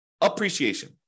appreciation